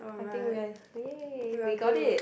I think we have !yay! we got it